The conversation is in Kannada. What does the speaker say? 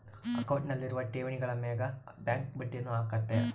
ಅಕೌಂಟ್ನಲ್ಲಿರುವ ಠೇವಣಿಗಳ ಮೇಗ ಬ್ಯಾಂಕ್ ಬಡ್ಡಿಯನ್ನ ಹಾಕ್ಕತೆ